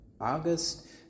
August